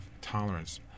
tolerance